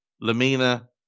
Lamina